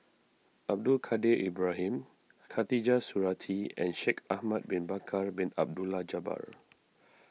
Abdul Kadir Ibrahim Khatijah Surattee and Shaikh Ahmad Bin Bakar Bin Abdullah Jabbar